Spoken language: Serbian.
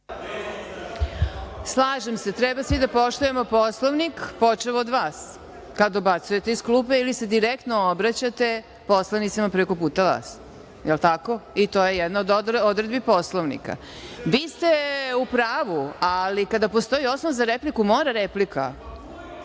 Slažem se. Treba svi da poštujemo Poslovnik, počev od vas, kad dobacujte iz klupe ili se direktno obraćate poslanicima preko puta vas, jel tako, i to je jedna od odredbi Poslovnika. Vi ste u pravu, ali kada postoji osnov za repliku mora replika. Ali,